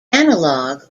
analog